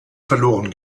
verloren